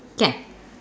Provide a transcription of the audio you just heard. can